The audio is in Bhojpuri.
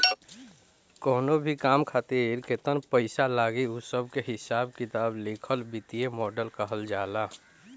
कवनो भी काम खातिर केतन पईसा लागी उ सब के हिसाब किताब लिखल वित्तीय मॉडल कहल जाला